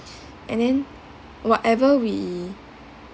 and then whatever we